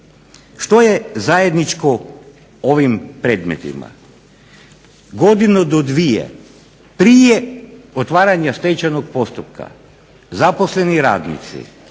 Što je zajedničko ovim predmetima? Godinu do dvije prije otvaranja stečajnog postupka zaposleni radnici